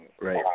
Right